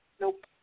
nope